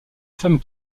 femme